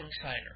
Insider